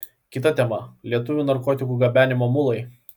kita tema lietuvių narkotikų gabenimo mulai